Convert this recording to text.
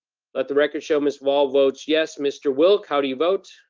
let the record show miss wall votes yes. mr. wilk, how do you vote?